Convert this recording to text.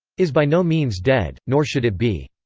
is by no means dead nor should it be.